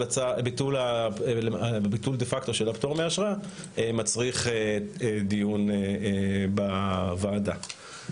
דה-פקטו של הפטור מאשרה מצריך דיון בוועדה.